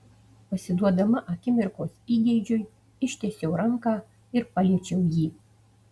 pasiduodama akimirkos įgeidžiui ištiesiau ranką ir paliečiau jį